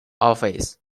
office